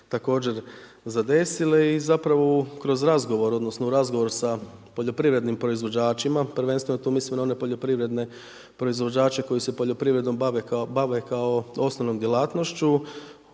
također zadesile i zapravo u razgovoru sa poljoprivrednim proizvođačima, prvenstveno tu mislim na one poljoprivredne proizvođače koji se poljoprivredom bave kao osnovnom djelatnošću,